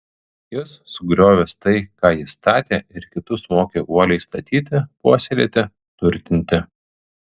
jis sugriovęs tai ką ji statė ir kitus mokė uoliai statyti puoselėti turtinti